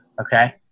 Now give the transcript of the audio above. Okay